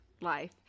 life